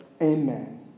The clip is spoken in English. Amen